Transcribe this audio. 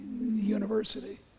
university